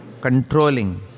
controlling